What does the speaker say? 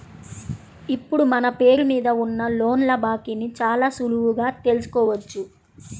ఇప్పుడు మన పేరు మీద ఉన్న లోన్ల బాకీని చాలా సులువుగా తెల్సుకోవచ్చు